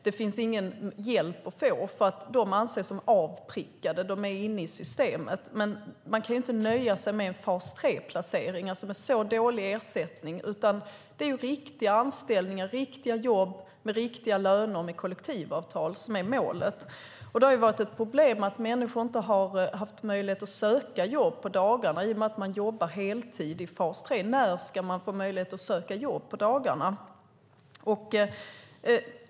Det finns ingen hjälp att få, eftersom de anses som avprickade och inne i systemet. Men de kan ju inte nöja sig med en fas 3-placering med en så dålig ersättning. Det är riktiga anställningar, riktiga jobb med riktiga löner med kollektivavtal, som är målet. Det har varit ett problem att människor inte har haft möjlighet att söka jobb på dagarna i och med att de jobbar heltid i fas 3. När ska de få möjlighet att söka jobb på dagarna?